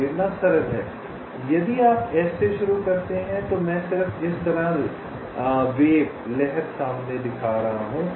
तो प्रेरणा सरल है यदि आप S से शुरू करते हैं तो मैं सिर्फ इस तरह लहर सामने दिखा रहा हूं